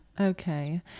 Okay